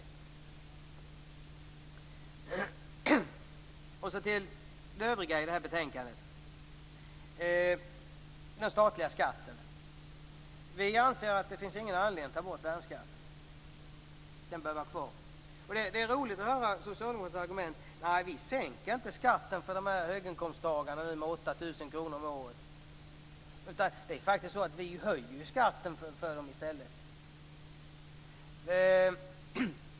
Så vidare till det övriga i betänkandet, t.ex. den statliga skatten. Vi anser att det inte finns någon anledning att ta bort värnskatten. Den bör vara kvar. Det är roligt att höra Socialdemokraternas argument, nämligen att de inte sänker skatten för höginkomsttagarna med 8 000 kr om året. De anser att de höjer skatten för dem i stället.